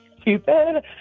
stupid